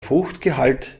fruchtgehalt